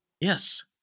Yes